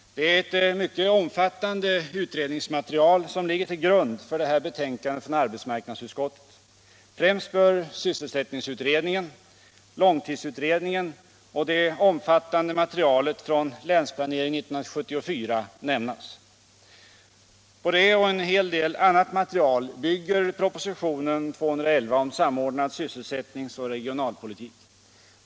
Det är ett mycket omfattande utredningsmaterial som ligger till grund för betänkandet från arbetsmarknadsutskottet. Främst bör sysselsättningsutredningen, långtidsutredningen och det omfattande materialet från Länsplanering 1974 nämnas. På detta och en hel del annat material bygger propositionen 211 om samordnad sysselsättnings och regionalpolitik.